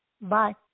Bye